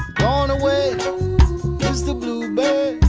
gone away is the bluebird.